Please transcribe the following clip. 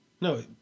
No